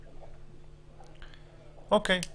אוקיי.